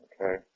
Okay